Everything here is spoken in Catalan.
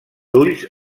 ulls